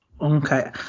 Okay